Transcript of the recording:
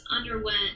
underwent